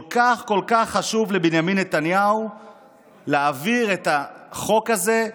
כל כך כל כך חשוב לבנימין נתניהו להעביר את החוק הזה,